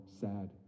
sad